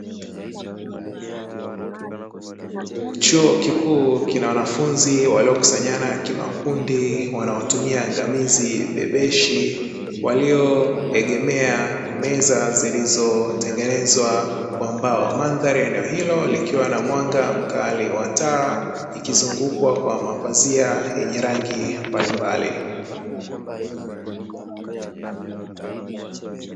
Chuo kikuu kina wanafunzi waliokusanyana kimakundi, wanaotumia angamizi bebeshi, walioegemea meza zilizotengenenzwa kwa mbao. Mandhari ya eneo hilo likiwa na mwanga mkali wa taa, ikizungukwa kwa mapazia yenye rangi mbalimbali.